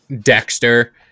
Dexter